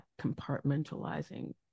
compartmentalizing